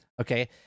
okay